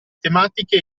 tematiche